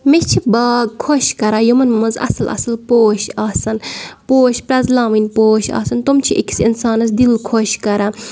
مےٚ چھِ باغ خۄش کَران یِمَن منٛز اَصٕل اَصٕل پوش آسَن پوش پرٛزلاوٕنۍ پوش آسَن تٕم چھِ أکِس اِنسانَس دِل خۄش کَران